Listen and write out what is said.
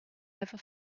ever